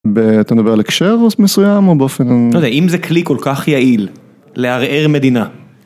אתה מדבר על הקשר מסוים או באופן... לא יודע אם זה כלי כל כך יעיל לערער מדינה.